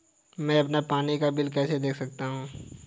मैं अपना पानी का बिल कैसे देख सकता हूँ?